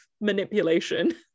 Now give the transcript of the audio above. manipulation